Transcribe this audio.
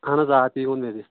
اہَن حظ آ تی ووٚن مےٚ تہِ